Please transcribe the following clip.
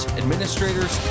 administrators